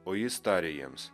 o jis tarė jiems